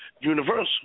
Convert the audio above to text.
Universal